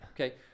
Okay